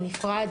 הוא נפרד,